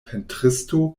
pentristo